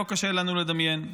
לא קשה לנו לדמיין.